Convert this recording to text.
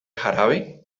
jarabe